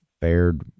fared